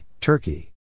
Turkey